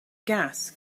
gas